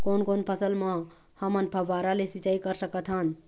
कोन कोन फसल म हमन फव्वारा ले सिचाई कर सकत हन?